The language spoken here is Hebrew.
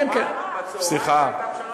בצהריים הייתה פשרה אחרת.